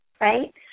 right